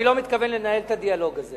אני לא מתכוון לנהל את הדיאלוג הזה.